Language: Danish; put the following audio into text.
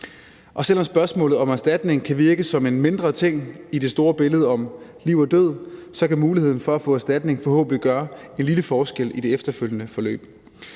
Og selv om spørgsmålet om erstatning kan virke som en mindre ting i det store billede om liv og død, så kan muligheden for at få erstatning forhåbentlig gøre en lille forskel i det efterfølgende forløb.